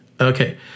Okay